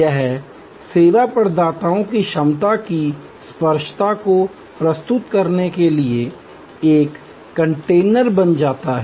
यह सेवा प्रदाताओं की क्षमता की स्पर्श्यता को प्रस्तुत करने के लिए एक कंटेनर बन जाता है